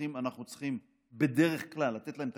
אנחנו צריכים בדרך כלל לתת להם את